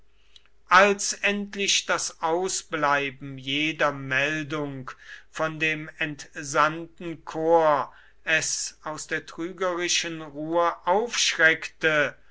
als endlich das ausbleiben jeder meldung von dem entsandten korps es aus der trügerischen ruhe aufschreckte